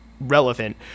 relevant